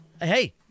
hey